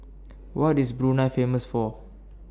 What IS Brunei Famous For